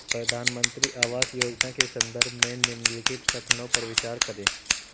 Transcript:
प्रधानमंत्री आवास योजना के संदर्भ में निम्नलिखित कथनों पर विचार करें?